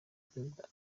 perezida